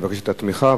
את מבקשת את התמיכה,